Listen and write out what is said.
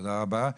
תודה רבה.